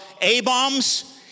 A-bombs